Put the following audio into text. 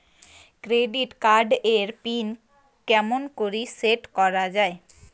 Credit card এর PIN কেমন করি সেট করা য়ায়?